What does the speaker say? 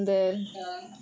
mmhmm